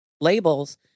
labels